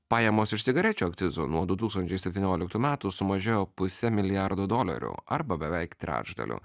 pajamos iš cigarečių akcizo nuo du tūkstančiai septynioliktų metų sumažėjo puse milijardo dolerių arba beveik trečdaliu